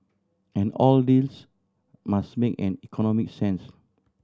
and all deals must make an economic sense